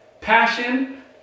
passion